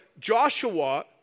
Joshua